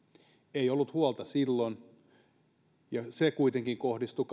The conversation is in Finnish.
ei ollut huolta silloin ja se kuitenkin kohdistui